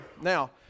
Now